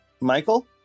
Michael